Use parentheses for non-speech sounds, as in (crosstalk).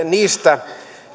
(unintelligible) niistä